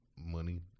money